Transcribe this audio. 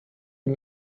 ihm